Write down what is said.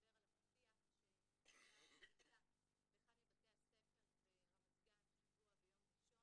לדבר על הפתיח שהיתה שביתה באחד מבתי הספר ברמת גן השבוע ביום ראשון,